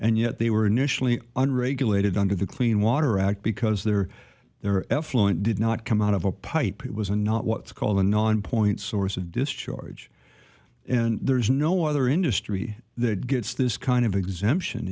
and yet they were initially unregulated under the clean water act because there are there effluent did not come out of a pipe it was a not what's called a non point source of discharge and there's no other industry that gets this kind of exemption